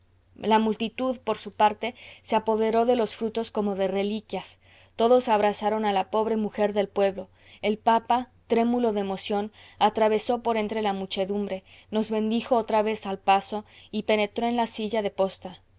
la multitud por su parte se apoderó de los frutos como de reliquias todos abrazaron a la pobre mujer del pueblo el papa trémulo de emoción atravesó por entre la muchedumbre nos bendijo otra vez al paso y penetró en la silla de posta